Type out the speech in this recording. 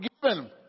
forgiven